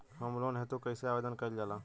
Home loan हेतु कइसे आवेदन कइल जाला?